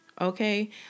okay